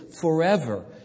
forever